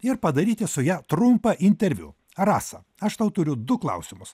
ir padaryti su ja trumpą interviu rasa aš tau turiu du klausimus